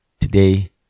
today